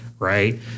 Right